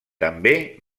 també